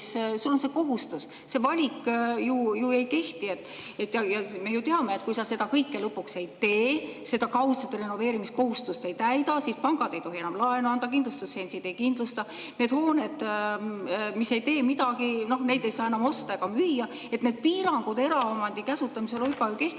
Sul on see kohustus, see valik ju ei kehti. Ja me ju teame, et kui sa seda kõike lõpuks ei tee, seda kaudset renoveerimiskohustust ei täida, siis pangad ei tohi enam laenu anda, kindlustusseltsid ei kindlusta, neid hooneid, millele ei tehta midagi, ei saa enam osta ega müüa. Need piirangud eraomandi käsutamisel juba ju kehtivad.